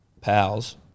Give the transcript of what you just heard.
pals